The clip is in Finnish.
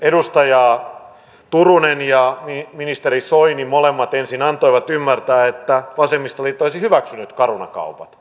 edustaja turunen ja ministeri soini molemmat ensin antoivat ymmärtää että vasemmistoliitto olisi hyväksynyt caruna kaupat